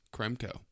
Kremko